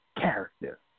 character